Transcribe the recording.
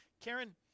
Karen